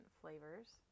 flavors